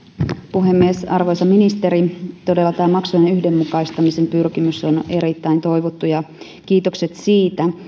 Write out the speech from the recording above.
puhemies arvoisa ministeri todella tämä maksujen yhdenmukaistamisen pyrkimys on erittäin toivottu kiitokset siitä